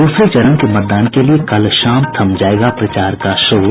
दूसरे चरण के मतदान के लिये कल शाम थम जायेगा प्रचार का शोर